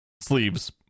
sleeves